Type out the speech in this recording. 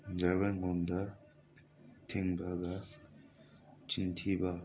ꯗ꯭ꯔꯥꯏꯕꯔꯉꯣꯟꯗ ꯊꯦꯡꯕꯒ ꯆꯤꯟ ꯊꯤꯕ